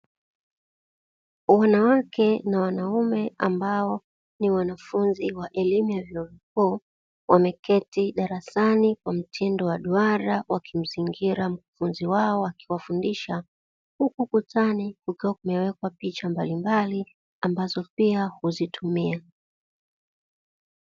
Wanawake na wanaume ambao ni wanafunzi wa elimu ya vyuo vikuu, wameketi darasani kwa mtindo wa duara , wakimzingira mkufunzi wao akiwafundisha, huku ukutani ukiwa kumewekwa picha mbalimbali ambazo pia huzitumia.